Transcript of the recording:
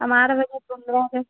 हमारा बजट पन्द्रह हज़ार